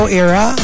era